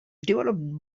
developed